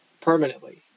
permanently